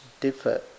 differ